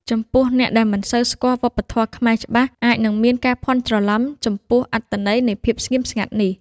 ចំពោះអ្នកដែលមិនសូវស្គាល់វប្បធម៌ខ្មែរច្បាស់ អាចនឹងមានការភ័ន្តច្រឡំចំពោះអត្ថន័យនៃភាពស្ងៀមស្ងាត់នេះ។